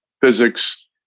physics